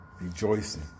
rejoicing